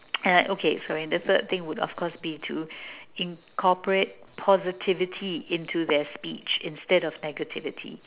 and then okay the third thing would of course be to incorporate positivity into their speech instead of negativity